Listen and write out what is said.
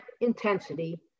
intensity